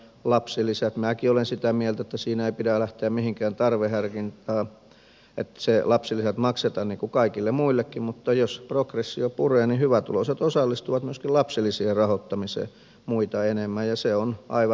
minäkin olen sitä mieltä että siinä ei pidä lähteä mihinkään tarveharkintaan että lapsilisät maksetaan niin kuin kaikille muillekin mutta jos progressio puree niin hyvätuloiset osallistuvat myöskin lapsilisien rahoittamiseen muita enemmän ja se on aivan oikein